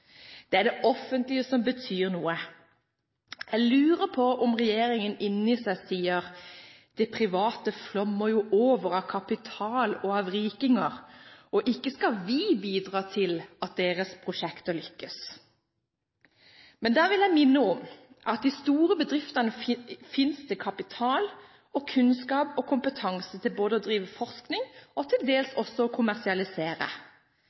det er det offentlige som betyr noe. Jeg lurer på om regjeringen inni seg sier: Det private flommer jo over av kapital og rikinger, og ikke skal vi bidra til at deres prosjekter lykkes. Da vil jeg minne om at i de store bedriftene finnes det kapital og kunnskap og kompetanse til både å drive forskning og til